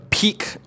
Peak